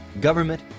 government